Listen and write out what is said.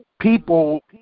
people